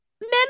men